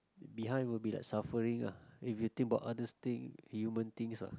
behind will be like suffering ah if you think about other things human things ah